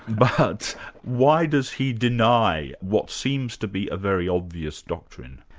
but why does he deny what seems to be a very obvious doctrine?